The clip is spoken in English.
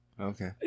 Okay